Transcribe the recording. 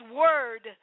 word